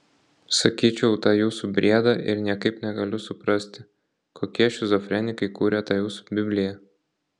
sakyčiau tą jūsų briedą ir niekaip negaliu suprasti kokie šizofrenikai kūrė tą jūsų bibliją